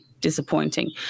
disappointing